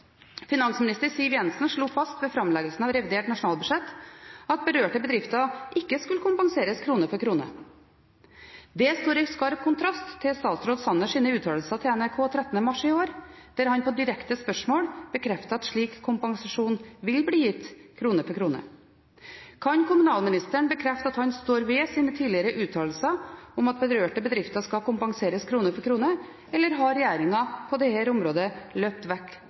Finansminister Siv Jensen slo fast ved framleggelsen av revidert nasjonalbudsjett at berørte bedrifter ikke skulle kompenseres krone for krone. Det står i skarp kontrast til statsråd Sanners uttalelser til NRK 13. mars i år, der han på direkte spørsmål bekreftet at slik kompensasjon vil bli gitt krone for krone. Kan kommunalministeren bekrefte at han står ved sine tidligere uttalelser om at berørte bedrifter skal kompenseres krone for krone, eller har regjeringen på dette området løpt vekk